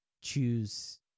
choose